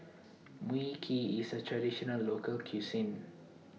Mui Kee IS A Traditional Local Cuisine